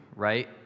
right